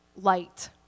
light